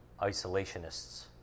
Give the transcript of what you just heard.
isolationists